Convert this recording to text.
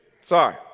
Sorry